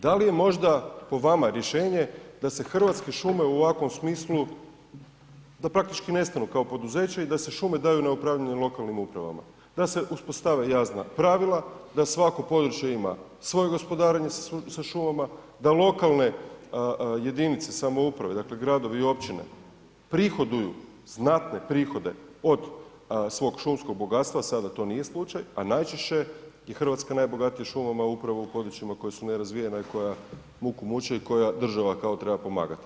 Da li je možda po vama rješenje da se Hrvatske šume u ovakvom smislu, da praktički nestanu kao poduzeće i da se šume daju na upravljanje lokalnim upravama, da se ispostave jasna pravila, da svako područje ima svoje gospodarenje sa šumama da lokalne jedinice samouprave, dakle gradovi i općine prihoduju znatne prihode od svog šumskog bogatstva a sada to nije slučaj a najčešće je Hrvatska najbogatija šumama upravo u područjima koja su nerazvijena i koja muku muče i koja država kao treba pomagati.